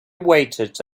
waited